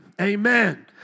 Amen